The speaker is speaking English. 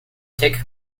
take